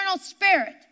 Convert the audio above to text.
spirit